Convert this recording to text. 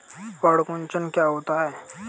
पर्ण कुंचन क्या होता है?